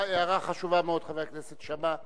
הערה חשובה מאוד, חבר הכנסת שאמה.